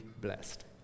blessed